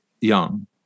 young